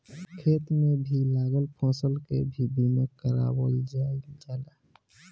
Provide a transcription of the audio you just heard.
खेत में लागल फसल के भी बीमा कारावल जाईल जाला